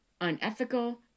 Unethical